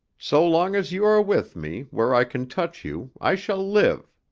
so long as you are with me, where i can touch you, i shall live.